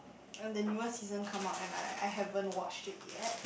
and the newest season come out and I I haven't watched it yet